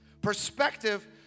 Perspective